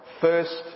first